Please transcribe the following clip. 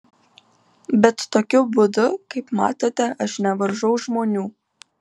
bet tokiu būdu kaip matote aš nevaržau žmonių